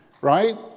right